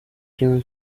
kim